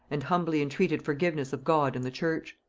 and humbly entreated forgiveness of god and the church.